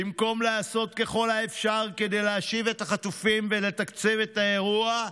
במקום לעשות ככל האפשר כדי להשיב את החטופים ולתקצב את האירוע,